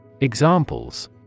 Examples